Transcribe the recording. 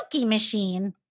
machine